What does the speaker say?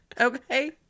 Okay